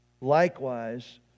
likewise